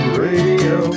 radio